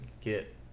get